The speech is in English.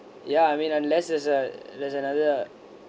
ya I mean unless there's a there's another